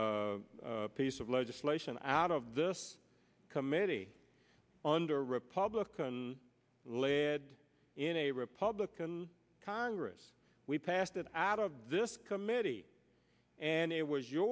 trust piece of legislation out of this committee under republican led in a republican congress we passed it out of this committee and it was your